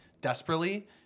desperately